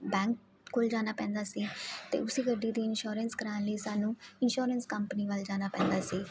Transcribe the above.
bank ਕੋਲ ਜਾਣਾ ਪੈਂਦਾ ਸੀ ਅਤੇ ਉਸ ਗੱਡੀ ਦੀ ਇਨਸ਼ੋਰੈਂਸ ਕਰਵਾਉਣ ਲਈ ਸਾਨੂੰ ਇੰਸ਼ੋਰੈਂਸ ਕੰਪਨੀ ਵੱਲ ਜਾਣਾ ਪੈਂਦਾ ਸੀ